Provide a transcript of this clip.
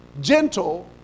gentle